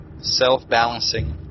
self-balancing